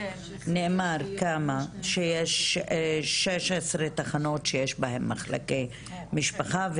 נאמר כמה שיש 16 תחנות שיש בהן מחלקי משפחה,